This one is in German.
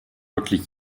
wirklich